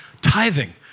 tithing